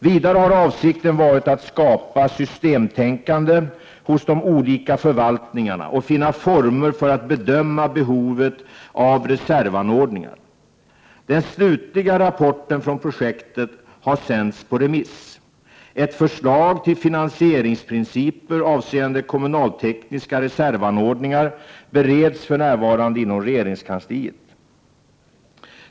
Vidare har avsikten varit att skapa systemtänkande hos de olika förvaltningarna och att finna former för att bedöma behovet av reservanordningar. Den slutliga rapporten från projektet har sänts på remiss. Ett förslag till finansieringsprinciper avseende kommunaltekniska reservanordningar bereds för närvarande inom regeringskansliet.